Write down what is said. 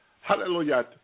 Hallelujah